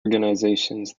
organisations